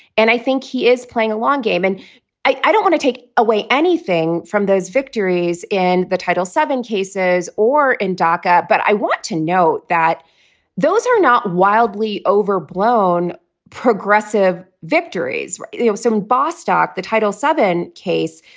and i think he is playing a long game. and i don't want to take away anything from those victories in the title seven cases or in dhaka. but i want to know that those are not wildly overblown progressive victories or you know so some bostock the title seven case.